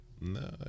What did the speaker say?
No